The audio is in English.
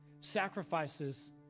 Sacrifices